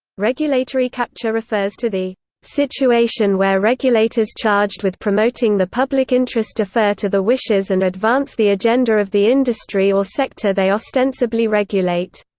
regulatory capture refers to the situation where regulators charged with promoting the public interest defer to the wishes and advance the agenda of the industry or sector they ostensibly regulate.